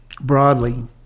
broadly